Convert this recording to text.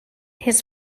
his